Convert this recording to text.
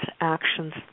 actions